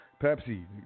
Pepsi